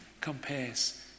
compares